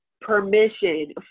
permission